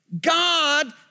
God